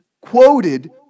quoted